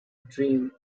dream